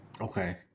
Okay